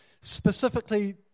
specifically